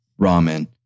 ramen